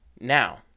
Now